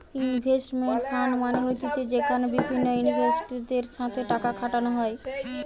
investment fund মানে হতিছে যেখানে বিভিন্ন ইনভেস্টরদের সাথে টাকা খাটানো হয়